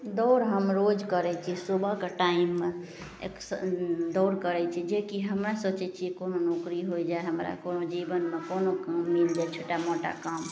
दौड़ हम रोज करै छी सुबहके टाइममे एक्स दौड़ करै छी जे कि हमे सोचै छिए कोनो नौकरी होइ जाए हमरा कोनो जीवनमे कोनो काम मिलि जाए छोटा मोटा काम